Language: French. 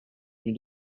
rue